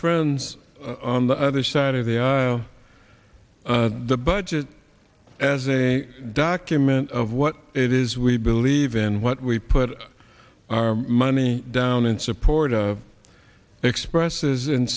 friends on the other side of the aisle the budget as a document of what it is we believe in what we put our money down in support of expresses in